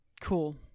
Cool